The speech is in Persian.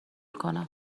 کنم